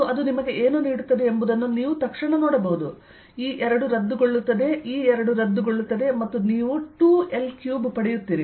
ಮತ್ತು ಅದು ನಿಮಗೆ ಏನು ನೀಡುತ್ತದೆ ಎಂಬುದನ್ನು ನೀವು ತಕ್ಷಣ ನೋಡಬಹುದು ಈ 2 ರದ್ದುಗೊಳ್ಳುತ್ತದೆ ಈ 2 ರದ್ದುಗೊಳ್ಳುತ್ತದೆ ಮತ್ತು ನೀವು 2L3ಪಡೆಯುತ್ತೀರಿ